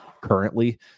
currently